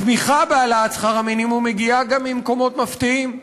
התמיכה בהעלאת שכר המינימום מגיעה גם ממקומות מפתיעים.